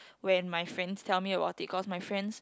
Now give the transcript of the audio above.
when my friends tell me about it cause my friends